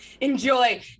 enjoy